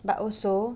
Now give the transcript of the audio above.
but also